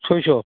सयस'